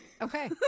Okay